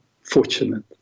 fortunate